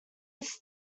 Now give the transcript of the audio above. its